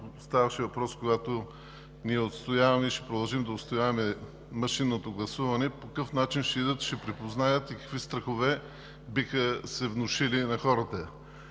Ставаше въпрос, когато ние отстояваме и ще продължим да отстояваме машинното гласуване – по какъв начин ще идват и ще припознаят, и какви страхове биха се внушили на хората.